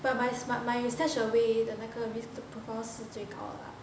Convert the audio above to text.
ya my smart my StashAway 的那个 with risk profile 是最高的 lah